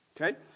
Okay